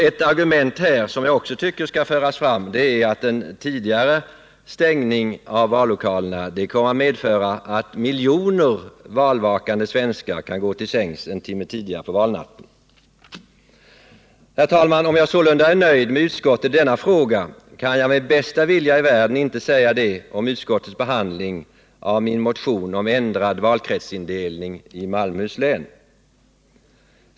Ett argument som jag tycker skall föras fram är att en tidigare stängning av vallokalerna kommer att medföra att miljoner valvakande svenskar kan gå till sängs en timme tidigare på valnatten. Herr talman! Om jag sålunda är nöjd med utskottet i denna fråga, kan jag med bästa vilja i världen inte säga detsamma om utskottets behandling av min motion om en ändring av valkretsindelningen i Malmöhus län.